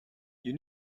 you